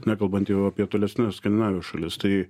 nekalbant jau apie tolesnes skandinavijos šalis tai